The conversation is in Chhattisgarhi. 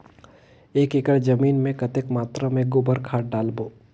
एक एकड़ जमीन मे कतेक मात्रा मे गोबर खाद डालबो?